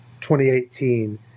2018